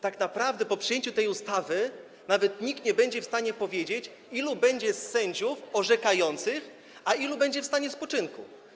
Tak naprawdę po przyjęciu tej ustawy nikt nawet nie będzie w stanie powiedzieć, ilu będzie sędziów orzekających, a ilu będzie w stanie spoczynku.